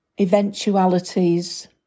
eventualities